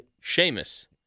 Sheamus